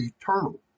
eternal